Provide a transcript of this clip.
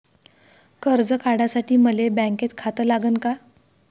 कर्ज काढासाठी मले बँकेत खातं लागन का?